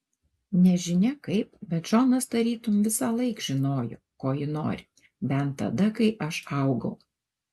nežinia kaip bet džonas tarytum visąlaik žinojo ko ji nori bent tada kai aš augau